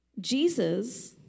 Jesus